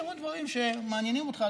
הרבה דברים מעניינים אותך,